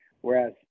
Whereas